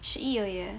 十一 already